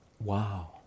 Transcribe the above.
wow